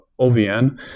OVN